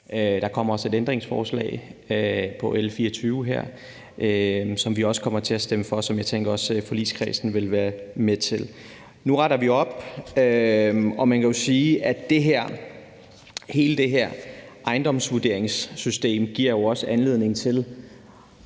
Der kommer også et ændringsforslag til L 24, som vi kommer til at stemme for, og som jeg også tænker at forligskredsen vil være med til. Nu retter vi op. Man kan jo sige, at hele det her ejendomsvurderingssystem giver os anledning til